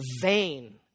vain